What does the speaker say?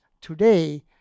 today